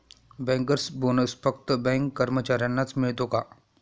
Bankers bonus फक्त bank कर्मचाऱ्यांनाच मिळतो का?